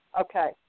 Okay